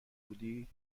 بودی